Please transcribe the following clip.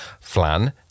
Flan